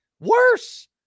Worse